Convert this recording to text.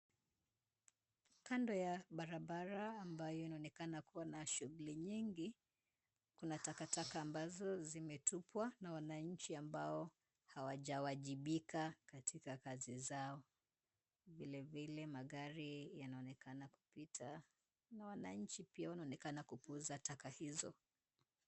Kando ya barabara ambayo inaonekana kuwa na shughuli nyingi, kuna takataka ambazo zimetupwa na wananchi ambao hawajawajibika katika kazi zao. Vilevile magari yanaonekana kupita na wananchi pia wanaonekana kupuuza taka hizo.